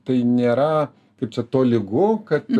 tai nėra kaip čia tolygu kad